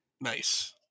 Nice